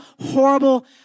horrible